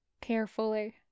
carefully